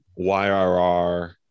YRR